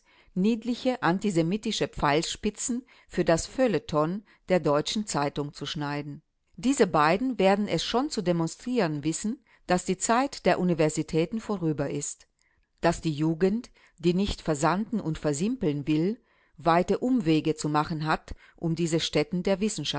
niedliche antisemitische pfeilspitzen für das feuilleton der deutschen zeitung zu schneiden diese beiden werden es schon zu demonstrieren wissen daß die zeit der universitäten vorüber ist daß die jugend die nicht versanden und versimpeln will weite umwege zu machen hat um diese stätten